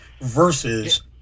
versus